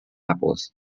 apples